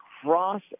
cross